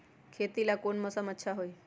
खेती ला कौन मौसम अच्छा होई?